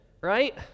right